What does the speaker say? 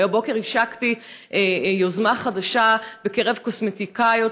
והבוקר השקתי יוזמה חדשה בקרב קוסמטיקאיות